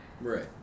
Right